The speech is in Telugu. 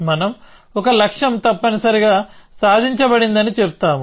మనం ఒక లక్ష్యం తప్పనిసరిగా సాధించబడిందని చెబుతాము